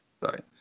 Sorry